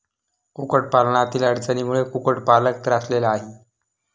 कुक्कुटपालनातील अडचणींमुळे कुक्कुटपालक त्रासलेला आहे